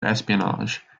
espionage